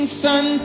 sun